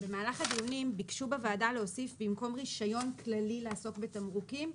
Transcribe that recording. במהלך הדיונים ביקשו בוועדה להוסיף שבמקום רישיון כללי לעסוק בתמרוקים,